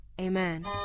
Amen